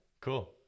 Cool